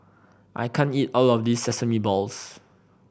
I can't eat all of this sesame balls